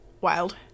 Wild